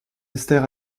esther